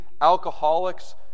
alcoholics